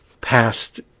past